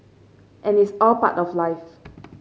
and it's all part of life